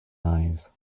eyes